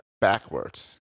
backwards